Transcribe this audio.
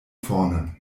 vorne